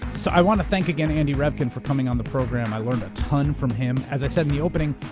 so, i want to thank again andy revkin for coming on the program. i learned a ton from him. as i said in the opening,